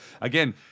again